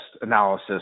analysis